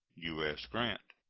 u s. grant.